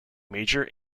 major